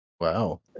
wow